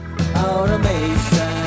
Automation